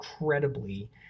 incredibly